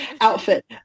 outfit